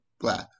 black